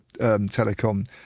telecom